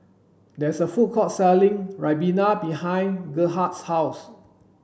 there's a food court selling Ribena behind Gerhardt's house